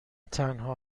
تنها